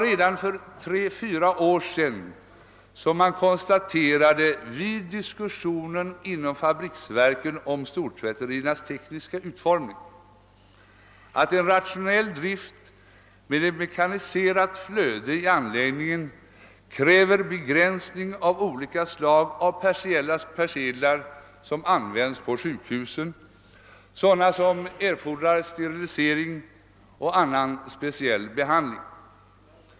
Redan för tre å fyra år sedan konstaterades vid diskussion inom fabriksverken om stortvätteriernas tekniska utformning, att en rationell drift med ett mekaniserat flöde i anlägg ningarna kräver en begränsning av olika slag av speciella persedlar som används på sjukhusen, sådana som erfordrar sterilisering och annan speciell behandling.